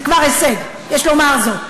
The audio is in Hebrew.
זה כבר הישג, יש לומר זאת.